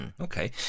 Okay